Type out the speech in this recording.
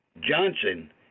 Johnson